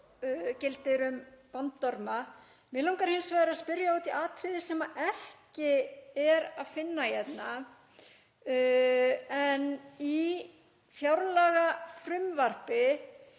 gildir um bandorma. Mig langar hins vegar að spyrja út í atriði sem ekki er að finna hérna. Í fjárlagafrumvarpinu